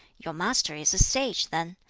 your master is a sage, then?